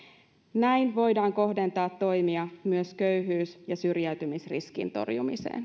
näin voidaan kohdentaa toimia myös köyhyys ja syrjäytymisriskin torjumiseen